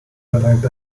verlangt